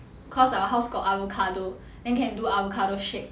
cause our house got avocado and then can do avocado shake